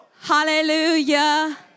hallelujah